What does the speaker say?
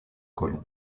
colomb